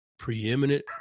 preeminent